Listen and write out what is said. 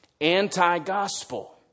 anti-gospel